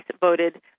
voted